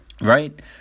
Right